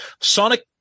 Sonic